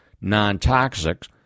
non-toxics